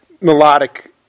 melodic